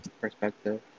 perspective